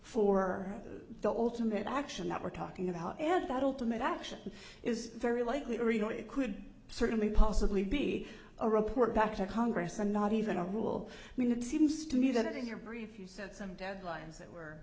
for the ultimate action that we're talking about and that ultimate action is very likely to read or it could certainly possibly be a report back to congress and not even a rule i mean it seems to me that in your brief you said some deadlines that were